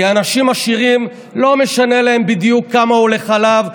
כי לאנשים עשירים לא משנה בדיוק כמה עולה חלב,